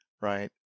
Right